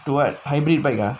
to what hybrid bike ah